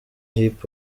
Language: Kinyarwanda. hip